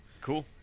Cool